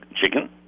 chicken